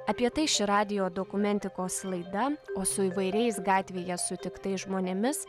apie tai ši radijo dokumentikos laida o su įvairiais gatvėje sutiktais žmonėmis